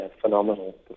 phenomenal